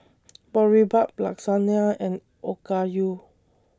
Boribap Lasagna and Okayu